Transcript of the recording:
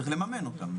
צריך לממן אותם.